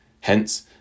Hence